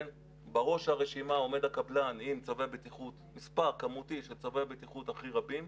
בראש הרשימה עומד הקבלן עם מספר כמותי של צווי בטיחות הכי רבים,